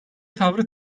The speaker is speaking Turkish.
tavrı